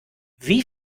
wie